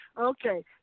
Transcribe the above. Okay